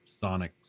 sonic